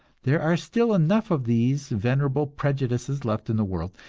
there are still enough of these venerable prejudices left in the world,